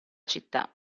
città